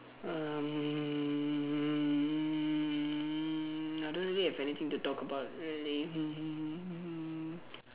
um I don't really have anything to talk about really mm